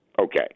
Okay